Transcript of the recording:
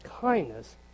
kindness